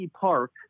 Park